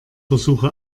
versuche